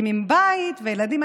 מקימים בית וילדים?